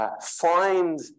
find